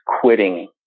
quitting